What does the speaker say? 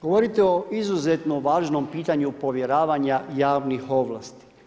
Govorite o izuzetno važnom pitanju povjeravanja javnih ovlasti.